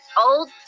old